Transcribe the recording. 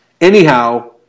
Anyhow